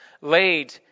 Laid